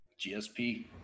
GSP